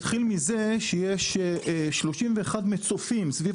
אני אתחיל מזה שיש 31 מצופים סביב